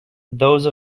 those